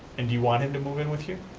and do you want him to move in with you?